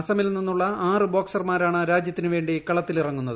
അസ്സാമിൽ നിന്നുള്ള ആറ് ബോക്സർമാരാണ് രാജ്യത്തിന് വേണ്ടി കളത്തിലിറങ്ങുന്നത്